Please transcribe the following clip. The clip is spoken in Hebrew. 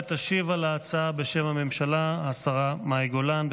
תשיב על ההצעה בשם הממשלה השרה מאי גולן.